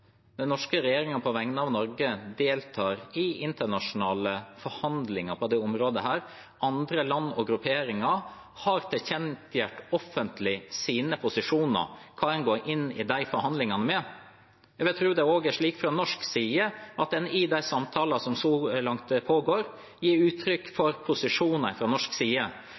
Den norske regjeringen deltar på vegne av Norge i internasjonale forhandlinger på dette området. Andre land og grupperinger har tilkjennegjort offentlig sine posisjoner, hva en går inn i de forhandlingene med. Jeg vil tro det også er slik fra norsk side at en i de samtaler som så langt pågår, gir uttrykk for